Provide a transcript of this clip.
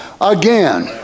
again